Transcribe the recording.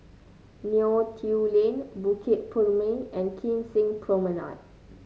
Neo Tiew Lane Bukit Purmei and Kim Seng Promenade